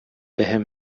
بهم